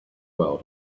world